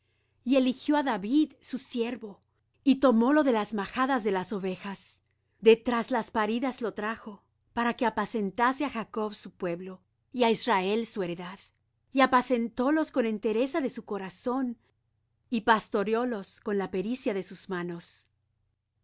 y eligió á david su siervo y tomólo de las majadas de las ovejas de tras las paridas lo trajo para que apacentase á jacob su pueblo y á israel su heredad y apacentólos con entereza de su corazón y pastoreólos con la pericia de sus manos